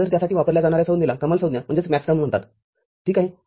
तर त्यासाठी वापरल्या जाणार्या संज्ञेला कमाल संज्ञाम्हणतात ठीक आहे